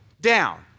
down